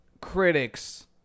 critics